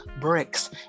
bricks